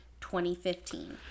2015